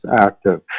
active